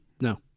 No